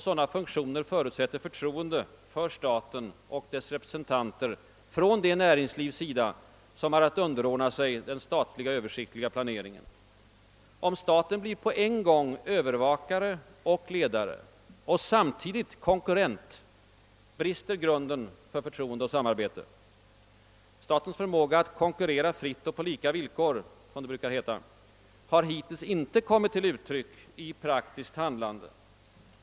Sådana funktioner förutsätter förtroende för staten och dess representanter från det näringslivs sida, som har att underordna sig den statliga översiktliga planeringen. Om staten blir på en gång övervakare och ledare och samtidigt konkurrent, brister grunden för förtroende och samarbete. Statens förmåga att konkurrera fritt och på lika villkor — som det brukar heta — har hittills icke kommit till uttryck i praktiskt handlande.